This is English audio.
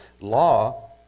law